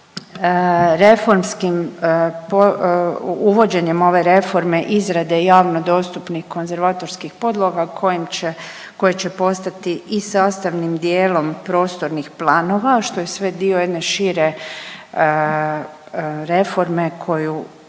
uvođenjem ove reforme izrade javno dostupnih konzervatorskih podloga koje će postati i sastavnim dijelom prostornih planova, što je sve dio jedne šire reforme koju,